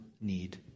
need